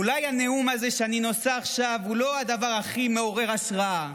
אולי הנאום הזה שאני נושא עכשיו הוא לא הדבר הכי מעורר השראה,